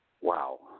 wow